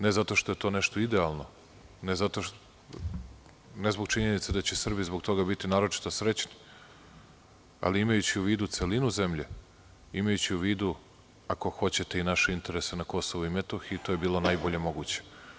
Ne zato što je to nešto idealno, ne zbog činjenice da će Srbija zbog toga biti naročito srećna, ali imajući u vidu celinu zemlje, imajući u vidu ako hoćete i naše interese na KiM, to je bilo najbolje moguće.